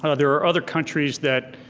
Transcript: ah there are other countries that